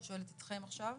אני שואלת אתכם עכשיו,